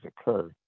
occur